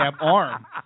arm